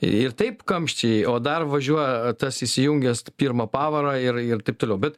ir taip kamščiai o dar važiuoja tas įsijungęs pirmą pavarą ir ir taip toliau bet